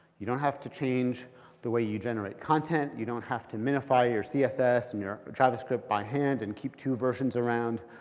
you don't have to change the way you generate content, you don't have to minify your css and your javascript by hand and keep two versions around,